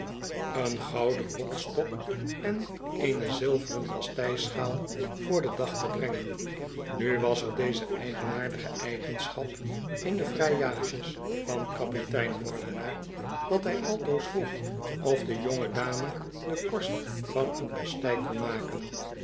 drijft gouden rolstok en eene zilveren pastei schaal voor den dag ie brengen nu was er deze eigenaardige eigenschap in de vrijages van kapitein moordenaar dat hij altoos vroeg of de jonge dame de korst van een pastei kon maken